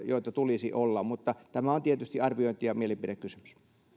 joita tulisi olla mutta tämä on tietysti arviointi ja mielipidekysymys